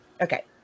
okay